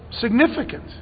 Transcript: significant